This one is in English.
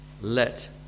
Let